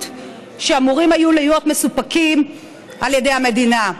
שאמורים היו להיות מסופקים על ידי המדינה.